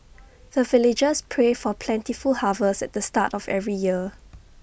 the villagers pray for plentiful harvest at the start of every year